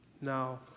Now